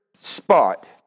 spot